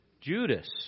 Judas